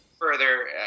further